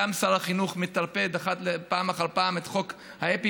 גם שר החינוך מטרפד פעם אחר פעם את חוק האפיפן,